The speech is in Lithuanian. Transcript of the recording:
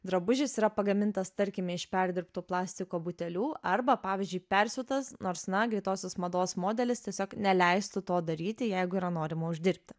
drabužis yra pagamintas tarkime iš perdirbtų plastiko butelių arba pavyzdžiui persiūtas nors na greitosios mados modelis tiesiog neleistų to daryti jeigu yra norima uždirbti